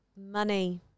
Money